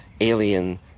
Alien